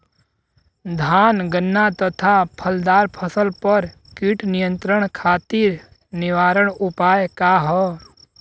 धान गन्ना तथा फलदार फसल पर कीट नियंत्रण खातीर निवारण उपाय का ह?